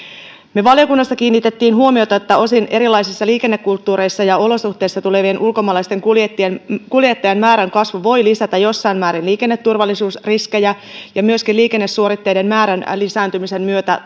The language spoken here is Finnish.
me valiokunnassa kiinnitimme huomiota siihen että osin erilaisista liikennekulttuureista ja olosuhteista tulevien ulkomaalaisten kuljettajien kuljettajien määrän kasvu voi lisätä jossain määrin liikenneturvallisuusriskejä ja tämä helposti saattaa tapahtua myöskin liikennesuoritteiden määrän lisääntymisen myötä